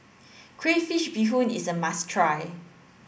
Crayfish beehoon is a must try